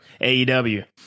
aew